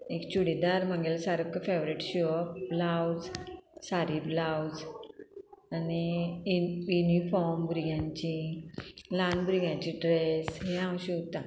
एक चुडीदार म्हगेल्या सारको फेवरेट शिंवप ब्लावज सारी ब्लावज आनी युनिफॉर्म भुरग्यांची ल्हान भुरग्यांचे ड्रेस हे हांव शिवतां